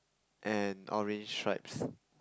and orange stripes